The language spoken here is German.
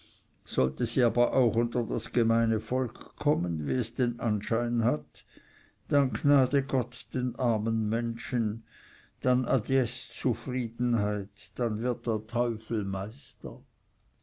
sollte sie aber auch unter das gemeine volk kommen wie es den anschein hat dann gnade gott den armen menschen dann adieß zufriedenheit dann wird der teufel meister